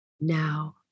Now